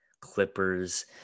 Clippers